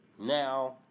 Now